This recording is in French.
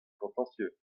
contentieux